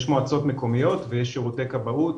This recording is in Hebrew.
יש מועצות מקומיות ויש שירותי כבאות,